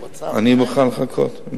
אני מוכן לחכות.